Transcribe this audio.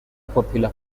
popular